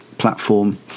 platform